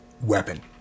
weapon